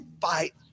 fight